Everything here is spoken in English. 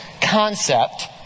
concept